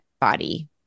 body